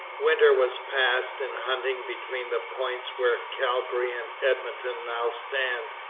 winter was passed in hunting between the points where calgary and edmonton now stand.